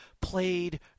played